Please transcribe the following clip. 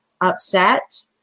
upset